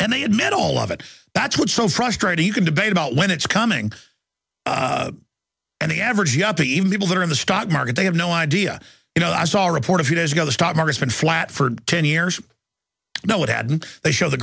and they admit all of it that's what's so frustrating you can debate about when it's coming and the average yup even people who are in the stock market they have no idea you know i saw a report a few days ago the stock market's been flat for ten years now what hadn't they show the